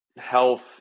health